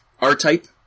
R-Type